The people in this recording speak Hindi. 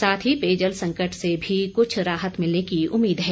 साथ ही पेयजल संकट से भी कुछ राहत की उम्मीद है